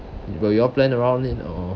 will you all plan around it or